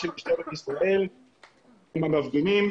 של משטרת ישראל עם אותם מפגינים,